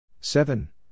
Seven